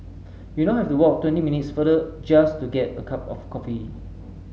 we now have to walk twenty minutes farther just to get a cup of coffee